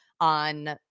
on